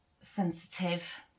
Sensitive